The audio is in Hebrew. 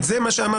את מה שאמרת,